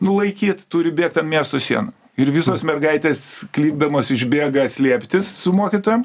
nulaikyt turi bėgt an miesto sienų ir visos mergaitės klykdamos išbėga slėptis su mokytojom